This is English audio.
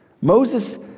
Moses